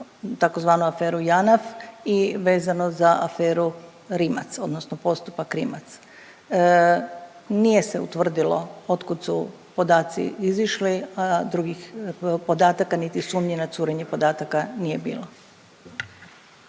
za tzv. aferu Janaf i vezano za aferu Rimac, odnosno postupak Rimac. Nije se utvrdilo od kud su podaci izišli, drugih podataka niti sumnje na curenje podataka nije bilo.